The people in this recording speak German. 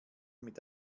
mit